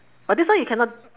but this one you cannot